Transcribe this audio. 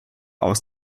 aus